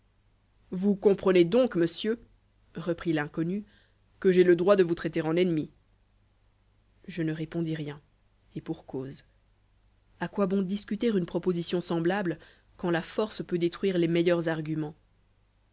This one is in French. vous comprenez donc monsieur reprit l'inconnu que j'ai le droit de vous traiter en ennemis je ne répondis rien et pour cause a quoi bon discuter une proposition semblable quand la force peut détruire les meilleurs arguments